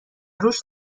روش